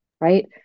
right